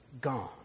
gone